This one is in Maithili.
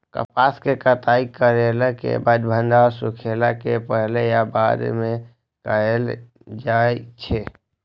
कपास के कटाई करला के बाद भंडारण सुखेला के पहले या बाद में कायल जाय छै?